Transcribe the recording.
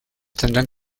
tendrán